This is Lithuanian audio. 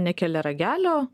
nekelia ragelio